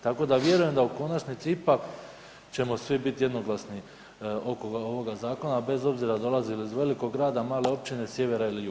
Tako da vjerujem da u konačnici ćemo svi biti jednoglasni oko ovoga zakona bez obzira dolazi li iz velikog grada, male općine, sjevera ili juga.